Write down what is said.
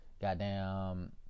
goddamn